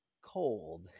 cold